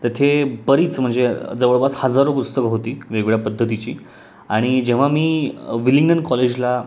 तिथे बरीच म्हणजे जवळपास हजारो पुस्तकं होती वेगवेगळ्या पद्धतीची आणि जेव्हा मी विलिंग्डन कॉलेजला